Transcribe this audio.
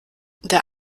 der